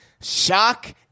shock